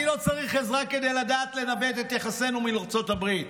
אני לא צריך עזרה כדי לדעת לנווט את יחסינו מול ארצות הברית.